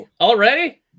already